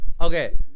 Okay